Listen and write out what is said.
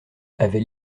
avait